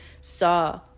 saw